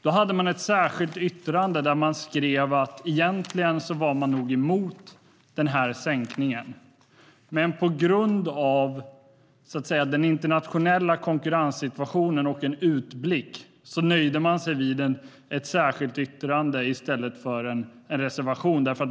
Då hade man ett särskilt yttrande där man skrev att man nog egentligen var emot sänkningen. Men på grund av den internationella konkurrenssituationen och en utblick nöjde man sig med ett särskilt yttrande i stället för en reservation.